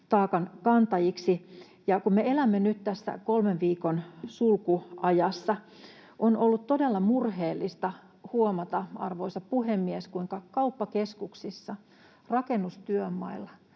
taakan kantajiksi. Ja kun me elämme nyt tässä kolmen viikon sulkuajassa, on ollut todella murheellista huomata, arvoisa puhemies, kuinka kauppakeskuksista ja rakennustyömailta